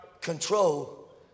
control